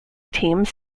teams